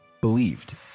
believed